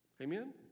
Amen